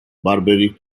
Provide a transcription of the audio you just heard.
barbary